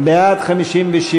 לסעיף 23,